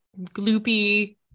gloopy